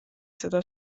seda